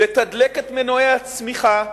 לתדלק את מנועי הצמיחה,